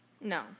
No